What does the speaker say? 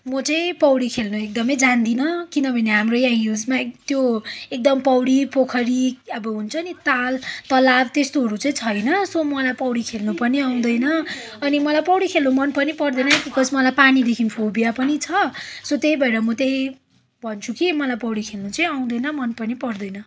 म चाहिँ पौडी खेल्न एकदमै जान्दिनँ किनभने हाम्रो यहाँ हिल्समा त्यो एकदम पौडी पोखरी अब हुन्छ नि ताल तलाउ त्यस्तोहरू चाहिँ छैन सो मलाई पौडी खेल्न पनि आउँदैन अनि मलाई पौडी खेल्न मन पनि पर्दैन बिकज मलाई पानीदेखि फोबीया पनि छ सो त्यही भएर म त्यही भन्छु कि मलाई पौडी खेल्न चाहिँ आउँदैन मन पनि पर्दैन